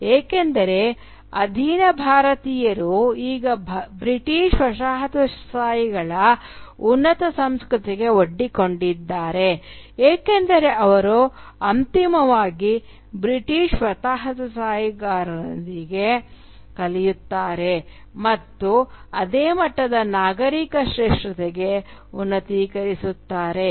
ಏಕೆಂದರೆ ಅಧೀನ ಭಾರತೀಯರು ಈಗ ಬ್ರಿಟಿಷ್ ವಸಾಹತುಶಾಹಿಗಳ ಉನ್ನತ ಸಂಸ್ಕೃತಿಗೆ ಒಡ್ಡಿಕೊಂಡಿದ್ದಾರೆ ಏಕೆಂದರೆ ಅವರು ಅಂತಿಮವಾಗಿ ಬ್ರಿಟಿಷ್ ವಸಾಹತುಗಾರರಿಂದ ಕಲಿಯುತ್ತಾರೆ ಮತ್ತು ಅದೇ ಮಟ್ಟದ ನಾಗರಿಕ ಶ್ರೇಷ್ಠತೆಗೆ ಉನ್ನತೀಕರಿಸುತ್ತಾರೆ